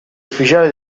ufficiale